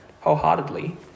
wholeheartedly